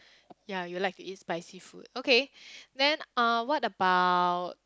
ya you like to eat spicy food okay then uh what about